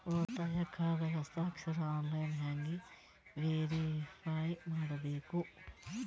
ಉಳಿತಾಯ ಖಾತಾದ ಹಸ್ತಾಕ್ಷರ ಆನ್ಲೈನ್ ಹೆಂಗ್ ವೇರಿಫೈ ಮಾಡಬೇಕು?